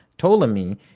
Ptolemy